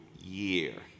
year